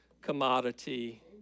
commodity